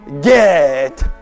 get